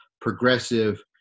progressive